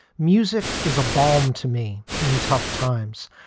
music is a bomb to me in tough times,